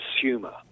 consumer